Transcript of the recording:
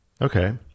Okay